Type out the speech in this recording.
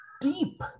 deep